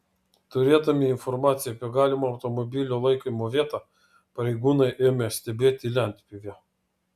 turėdami informaciją apie galimą automobilio laikymo vietą pareigūnai ėmė stebėti lentpjūvę